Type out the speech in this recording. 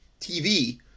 TV